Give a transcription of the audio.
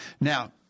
Now